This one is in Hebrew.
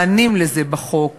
מענים לזה בחוק היום.